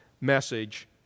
message